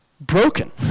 broken